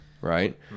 right